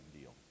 deal